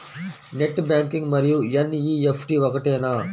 Net banking మరియు NEFT ఒకటేనా?